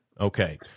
Okay